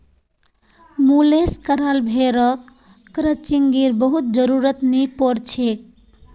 मुलेस कराल भेड़क क्रचिंगेर बहुत जरुरत नी पोर छेक